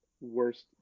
worst